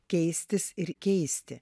keistis ir keisti